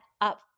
up